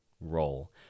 role